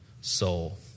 soul